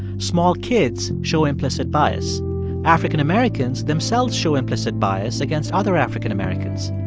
small kids show implicit bias african-americans themselves show implicit bias against other african-americans.